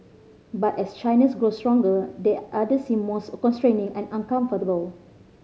but as China's grows stronger that order seem more constraining and uncomfortable